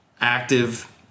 active